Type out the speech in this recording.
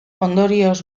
ondorioz